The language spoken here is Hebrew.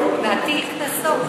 להטיל קנסות.